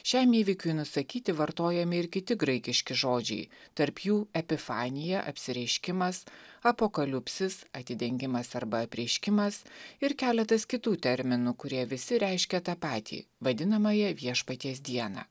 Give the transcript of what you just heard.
šiam įvykiui nusakyti vartojami ir kiti graikiški žodžiai tarp jų epifanija apsireiškimas apokaliupsis atidengimas arba apreiškimas ir keletas kitų terminų kurie visi reiškia tą patį vadinamąją viešpaties dieną